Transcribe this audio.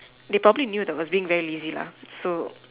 they probably knew that I was being very lazy lah so